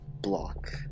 block